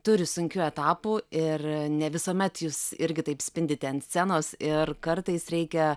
turi sunkių etapų ir ne visuomet jūs irgi taip spindite ant scenos ir kartais reikia